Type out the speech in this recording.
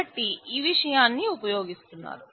కాబట్టి ఈ విషయాన్ని ఉపయోగిస్తున్నారు